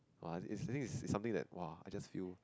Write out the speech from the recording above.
oh it's it's I think it's something that !wah! I just feel